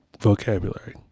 vocabulary